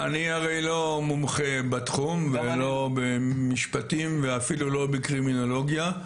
אני הרי לא מומחה בתחום ולא במשפטים ואפילו לא בקרימינולוגיה,